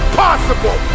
possible